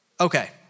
Okay